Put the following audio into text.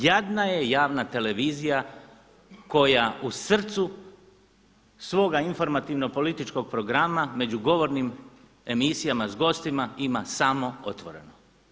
Jadna je javna televizija koja u srcu svoga informativno-političkog programa među govornim emisijama sa gostima ima samo Otvoreno.